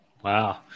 Wow